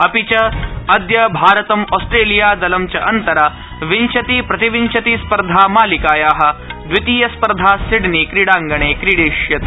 अपि च अद्य भारतम् ऑस्ट्रेलियादलं च अंतरा विंशंति प्रतिविंशति स्पर्धामालिकाया द्वितीय स्पर्धा सिडनी क्रीडांगणे क्रीडयिष्यते